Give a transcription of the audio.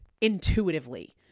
intuitively